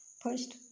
First